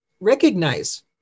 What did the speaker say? recognize